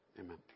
Amen